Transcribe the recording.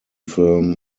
film